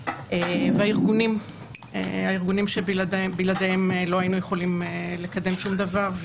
והארגונים שבלעדיהם לא היינו יכולים לקדם שום דבר.